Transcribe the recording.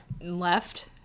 Left